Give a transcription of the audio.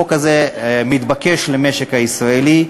החוק הזה מתבקש למשק הישראלי,